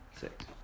Six